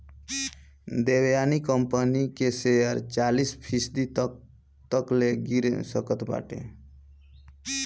Devyani company के share चालीस फीसदी तकले गिर सकत बाटे